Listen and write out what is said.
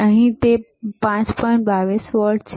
22 volt છે